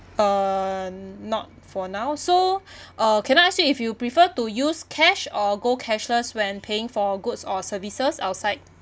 uh not for now so uh can I ask you if you prefer to use cash or go cashless when paying for goods or services outside